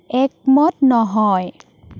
একমত নহয়